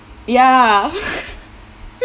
ya